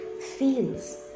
feels